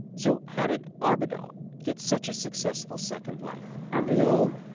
so how did arbidol get such a successful second life? arbidol?